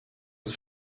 het